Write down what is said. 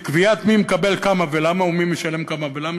בקביעת מי מקבל כמה ולמה ומי משלם כמה ולמה,